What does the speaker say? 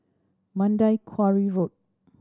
Mandai Quarry Road